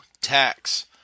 tax